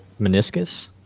meniscus